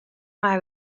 mei